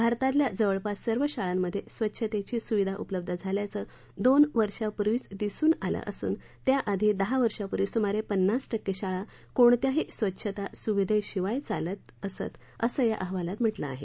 भारतातल्या जवळपास सर्व शाळांमध्ये स्वच्छतेची सुविधा उपलब्ध झाल्याचं दोन वर्षापूर्वीच दिसून आलं असून त्याआधी दहा वर्षांपूर्वी सुमारे पन्नास टक्के शाळा कोणत्याही स्वच्छता सुविधे शिवाय चालत असत असं या अहवालात म्हटलं आहे